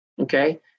Okay